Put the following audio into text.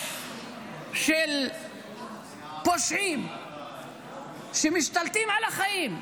של פושעים שמשתלטים על החיים.